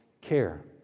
care